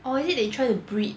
or is it they try to breed